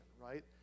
right